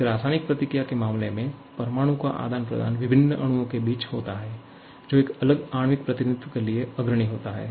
एक रासायनिक प्रतिक्रिया के मामले में परमाणुओं का आदान प्रदान विभिन्न अणुओं के बीच होता है जो एक अलग आणविक प्रतिनिधित्व के लिए अग्रणी होता है